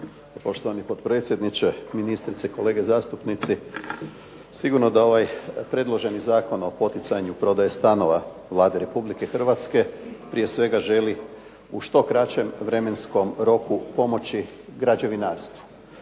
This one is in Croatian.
Poštovani potpredsjedniče, ministrice, kolege zastupnici. Sigurno da ovaj predloženi Zakon o poticanju prodaje stanova Vlada Republike Hrvatske prije svega želi u što kraćem vremenskom roku pomoći građevinarstvu